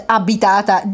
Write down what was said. abitata